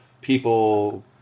people